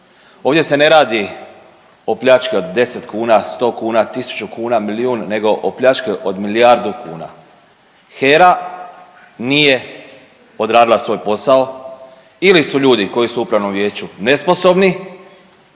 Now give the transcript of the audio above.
Ovdje se ne radi o pljački od 10 kuna, 100 kuna, 1000 kuna, milijun, nego o pljački od milijardu kuna. HERA nije odradila svoj posao ili su ljudi koji su u Upravnom vijeću nesposobni